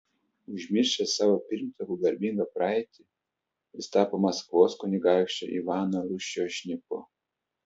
užmiršęs savo pirmtakų garbingą praeitį jis tapo maskvos kunigaikščio ivano rūsčiojo šnipu